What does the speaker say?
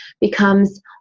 becomes